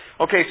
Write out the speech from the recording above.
Okay